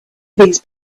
these